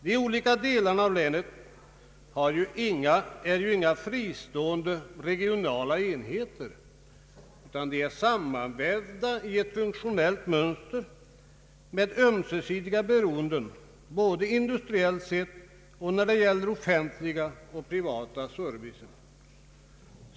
De olika delarna av länet är ju inga fristående regionala enheter, utan de är sammanvävda i ett funktionellt mönster med ömsesidiga beroenden både industriellt sett och när det gäller den offentliga och privata servicen.